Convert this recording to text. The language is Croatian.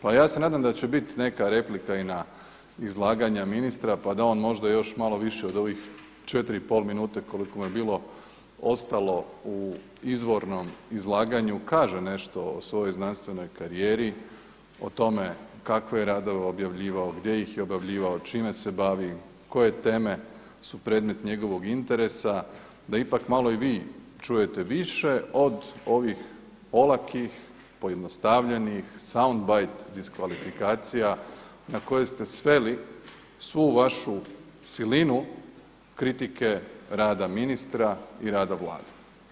Pa ja se nadam da će biti neka replika i na izlaganja ministra pa da on možda još malo više od ovih četiri i pol minute koliko mu je bilo ostalo u izvornom izlaganju kaže nešto o svojoj znanstvenoj karijeri, o tome kakve je radove objavljivao, gdje ih je objavljivao, čime se bavi, koje teme su predmet njegovog interesa da ipak malo i vi čujete više od ovih olakih, pojednostavljenih, soundbite diskvalifikacija na koje ste sveli svu vašu silinu kritike rada ministra i rada Vlade.